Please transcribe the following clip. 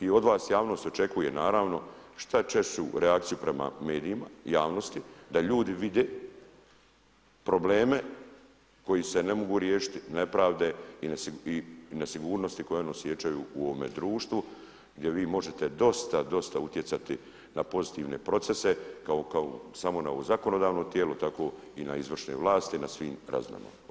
I od vas javnost očekuje naravno šta češću reakciju prema medijima, javnosti da ljudi vide probleme koji se ne mogu riješiti nepravde i nesigurnosti koje oni osjećaju u ovome društvu gdje vi možete dosta, dosta utjecati na pozitivne procese kao samo na ovo zakonodavno tijelo tako i na izvršne vlasti na svim razinama.